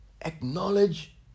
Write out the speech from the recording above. acknowledge